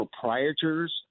proprietors